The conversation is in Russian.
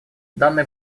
данный